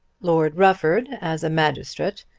lord rufford, as a magistrate,